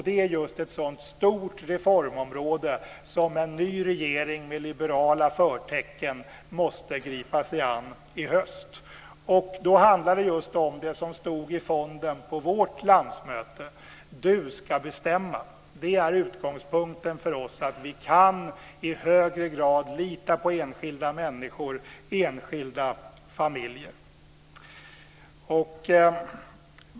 Det är just ett sådant stort reformområde som en ny regering med liberala förtecken måste gripa sig an i höst. Då handlar det just om det som stod i fonden på vårt landsmöte: Du ska bestämma. Det är utgångspunkten för oss: Vi kan i högre grad lita på enskilda människor och enskilda familjer.